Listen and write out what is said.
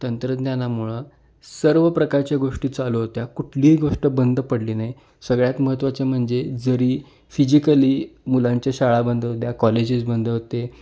तंत्रज्ञानामुळं सर्व प्रकारच्या गोष्टी चालू होत्या कुठली गोष्ट बंद पडली नाही सगळ्यात महत्त्वाचे म्हणजे जरी फिजिकली मुलांच्या शाळा बंद होत्या कॉलेजेस बंद होते